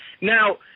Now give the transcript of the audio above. Now